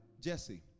Jesse